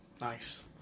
Nice